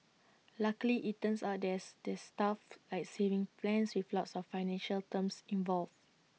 luckily IT turns out thus there's stuff like savings plans with lots of financial terms involved